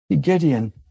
Gideon